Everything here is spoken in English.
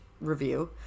review